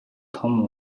том